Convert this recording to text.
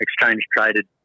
exchange-traded